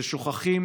ששוכחים